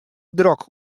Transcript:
drok